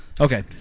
Okay